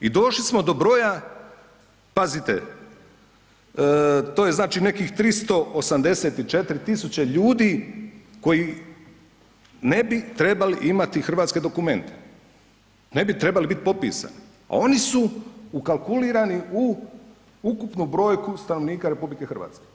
I došli smo do broja pazite, to je znači nekih 384.000 ljudi koji ne bi trebali imati hrvatske dokumente, ne bi trebali biti popisani, a oni su ukalkulirani u ukupnu brojku stanovnika RH.